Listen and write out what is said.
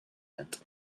event